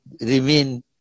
remain